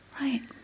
right